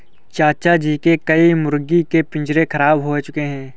चाचा जी के कई मुर्गी के पिंजरे खराब हो चुके हैं